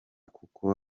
kuko